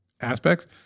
aspects